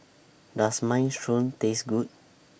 Does Minestrone Taste Good